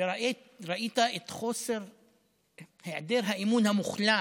וראית את היעדר האמון המוחלט.